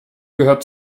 gehört